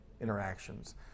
interactions